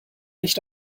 nicht